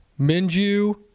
Minju